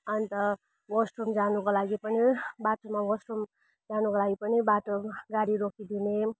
अन्त वासरुम जानुको लागि पनि बाटोमा वासरुम जानुको लागि पनि बाटोमा गाडी रोकिदिने